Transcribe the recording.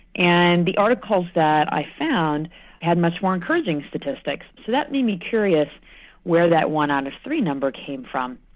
and the articles that i found had much more encouraging statistics. so that made me curious where that one out of three number came from.